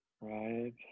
Right